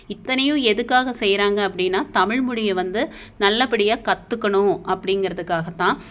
இத்தனையும் எதுக்காக செய்கிறாங்க அப்படினா தமிழ்மொழியை வந்து நல்லபடியாக கற்றுக்கணும் அப்படின்கிறதுக்காதான்